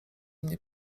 mnie